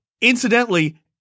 Incidentally